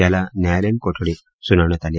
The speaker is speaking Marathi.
त्याला न्यायालयीन कोठडी सूनावण्यात आली